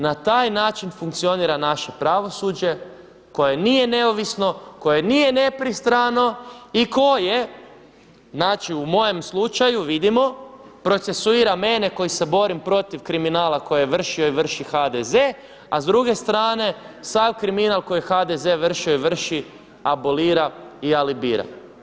Na taj način funkcionira naše pravosuđe koje nije neovisno, koje nije nepristrano i koje znači u mojem slučaju vidimo procesuira mene koji se borim protiv kriminala koje je vršio i vrši HDZ, a s druge strane sav kriminal koji je HDZ vršio i vrši abolira i alibira.